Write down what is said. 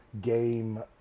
game